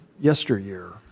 yesteryear